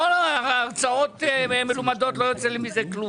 לא הרצאות מלומדות שמהן לא יוצא לי כלום.